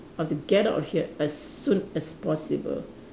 I have to get out of here as soon as possible